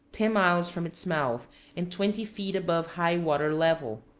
ten miles from its mouth and twenty feet above high-water level.